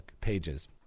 pages